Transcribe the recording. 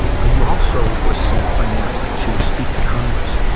but he also was sent by nasa to speak to congress,